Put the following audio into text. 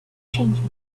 changing